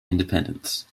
independence